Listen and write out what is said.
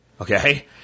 Okay